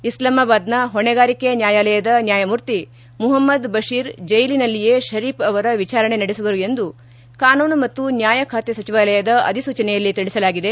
ಇಸ್ಲಾಮಾಬಾದ್ನ ಹೊಣೆಗಾರಿಕೆ ನ್ವಾಯಾಲಯದ ನ್ವಾಯಮೂರ್ತಿ ಮುಹಮ್ದದ್ ಬಷೀರ್ ಜೈಲಿನಲ್ಲಿಯೆ ಪರೀಫ್ ಅವರ ವಿಚಾರಣೆ ನಡೆಸುವರು ಎಂದು ಕಾನೂನು ಮತ್ತು ನ್ಹಾಯ ಖಾತೆ ಸಚಿವಾಲಯದ ಅಧಿಸೂಚನೆಯಲ್ಲಿ ತಿಳಿಸಲಾಗಿದೆ